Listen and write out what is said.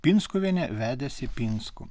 pinskuvienė vedėsi pinskų